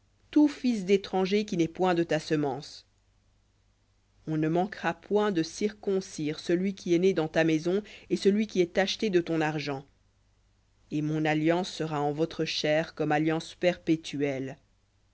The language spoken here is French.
tout fils d'étranger qui n'est point de ta semence on ne manquera point de circoncire celui qui est né dans ta maison et celui qui est acheté de ton argent et mon alliance sera en votre chair comme alliance perpétuelle